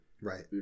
Right